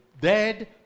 dead